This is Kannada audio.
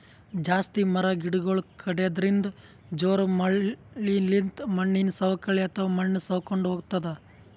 ಜಾಸ್ತಿ ಮರ ಗಿಡಗೊಳ್ ಕಡ್ಯದ್ರಿನ್ದ, ಜೋರ್ ಮಳಿಲಿಂತ್ ಮಣ್ಣಿನ್ ಸವಕಳಿ ಅಥವಾ ಮಣ್ಣ್ ಸವಕೊಂಡ್ ಹೊತದ್